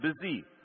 busy